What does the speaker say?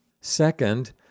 Second